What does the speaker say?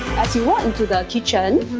as you walk into the kitchen,